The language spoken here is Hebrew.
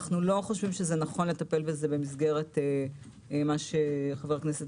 אנו לא חושבים שנכון לטפל בזה במסגרת מה שחבר הכנסת